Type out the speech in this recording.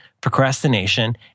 procrastination